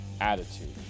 attitude